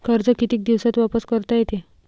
कर्ज कितीक दिवसात वापस करता येते?